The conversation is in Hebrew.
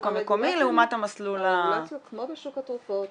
המקומי לעומת המסלול ה- -- הרגולציה כמו בשוק התרופות